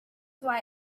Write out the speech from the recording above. why